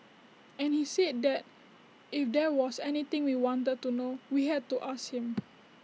and he said that if there was anything we wanted to know we had to ask him